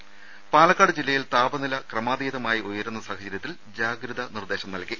രുദ പാലക്കാട് ജില്ലയിൽ താപനില ക്രമതീതതമായി ഉയരുന്ന സാഹചര്യത്തിൽ ജാഗ്രത നിർദ്ദേശം നൽകി